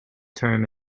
term